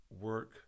work